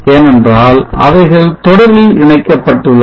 ஏனென்றால் அவைகள் தொடரில் இணைக்கப்பட்டுள்ளன